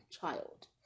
child